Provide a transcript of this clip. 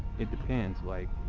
it depends. like.